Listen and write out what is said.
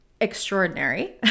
extraordinary